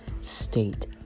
state